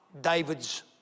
David's